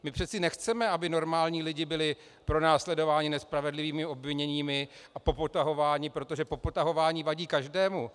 My přece nechceme, aby normální lidi byli pronásledováni nespravedlivými obviněními a popotahováni, protože popotahování vadí každému.